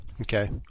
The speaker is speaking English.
Okay